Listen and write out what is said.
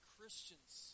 Christians